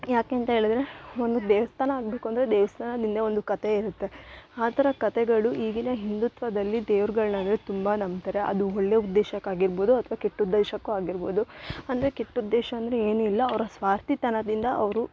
ಯಾಕೆ ಅಂತ ಹೇಳದ್ರೆ ಒಂದು ದೇವಸ್ಥಾನ ಆಗಬೇಕು ಅಂದರೆ ದೇವಸ್ಥಾನದ್ ಹಿಂದೆ ಒಂದು ಕತೆ ಇರುತ್ತೆ ಆ ಆರ ಕತೆಗಳು ಈಗಿನ ಹಿಂದುತ್ವದಲ್ಲಿ ದೇವ್ರುಗಳ್ನ ಅಂದರೆ ತುಂಬ ನಂಬ್ತಾರೆ ಅದು ಒಳ್ಳೇ ಉದ್ದೇಶಕ್ಕೆ ಆಗಿರ್ಬೋದು ಅಥ್ವ ಕೆಟ್ಟ ಉದ್ದೇಶಕ್ಕು ಆಗಿರ್ಬೋದು ಅಂದರೆ ಕೆಟ್ಟ ಉದ್ದೇಶ ಅಂದರೆ ಏನಿಲ್ಲ ಅವರ ಸ್ವಾರ್ಥ ತನದಿಂದ ಅವರು